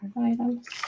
items